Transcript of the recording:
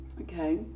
okay